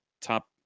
top